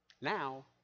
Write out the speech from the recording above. Now